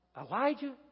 Elijah